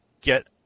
get